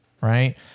right